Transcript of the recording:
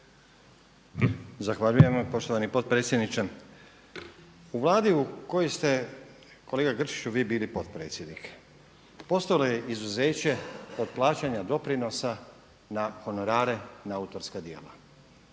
Zahvaljujem vam poštovani potpredsjedniče. U vladi u kojoj ste kolega Grčić vi bili potpredsjednik postalo je izuzeće od plaćanja doprinosa na honorare na autorska djela.